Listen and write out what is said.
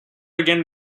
again